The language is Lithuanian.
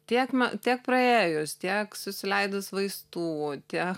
tiek ma tiek praėjus tiek susileidus vaistų tiek